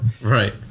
Right